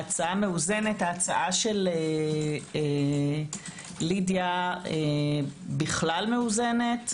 ההצעה מאוזנת, של לידיה, בכלל מאוזנת.